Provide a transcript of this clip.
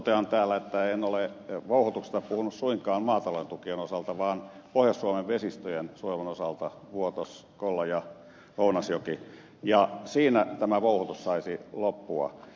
totean täällä että en ole vouhotuksesta puhunut suinkaan maatalouden tukien osalta vaan pohjois suomen vesistöjen suojelun osalta vuotoskollajaounasjoki ja siinä tämä vouhotus saisi loppua